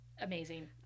amazing